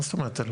מה זאת אומרת?